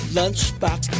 lunchbox